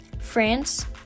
France